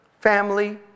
family